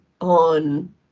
on